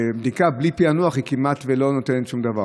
בדיקה בלי פענוח היא כמעט לא נותנת שום דבר.